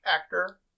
actor